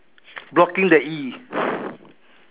blocking the E